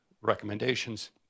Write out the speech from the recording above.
recommendations